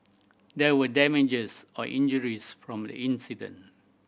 there were damages or injuries from the incident